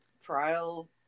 trial